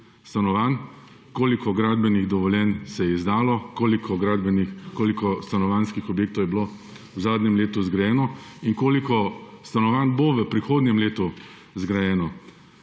stanovanj, koliko gradbenih dovoljenj se je izdalo, koliko stanovanjskih objektov je bilo v zadnjem letu zgrajeno in koliko stanovanj bo v prihodnjem letu zgrajeno.